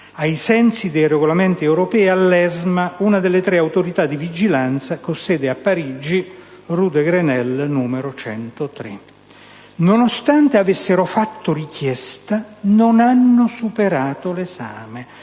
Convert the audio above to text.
ai sensi dei regolamenti europei, all'ESMA, una delle tre autorità di vigilanza, con sede a Parigi, rue de Grenelle, 103. Nonostante avessero fatto richiesta, non hanno superato l'esame,